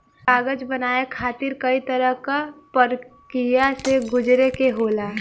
कागज बनाये खातिर कई तरह क परकिया से गुजरे के होला